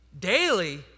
daily